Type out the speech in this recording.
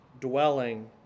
dwelling